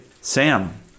Sam